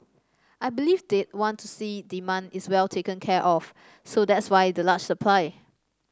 I believe they'd want to see demand is well taken care of so that's why the large supply